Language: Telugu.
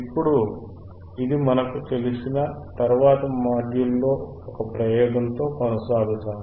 ఇప్పుడు ఇది మనకు తెలిసిన తర్వాత తదుపరి మాడ్యూల్లో ఒక ప్రయోగంతో కొనసాగుతాము